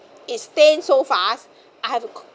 is stained so fast I have to